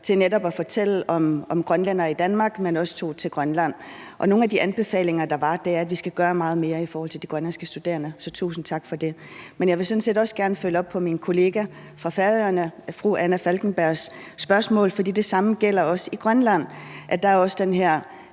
til netop at fortælle om grønlændere i Danmark, og vedkommende tog også til Grønland. Og nogle af de anbefalinger, der kom, er, at vi skal gøre meget mere i forhold til de grønlandske studerende. Så tusind tak for det. Men jeg vil sådan set også gerne følge op på min kollega fra Færøerne, fru Anna Falkenbergs, spørgsmål, for det samme gælder i Grønland. Der er også den her